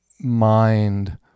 mind